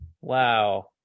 Wow